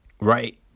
Right